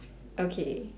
okay